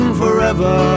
forever